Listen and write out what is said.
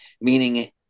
meaning